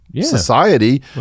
society